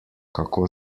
kako